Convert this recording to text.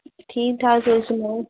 ठीक ठाक तुस सनाओ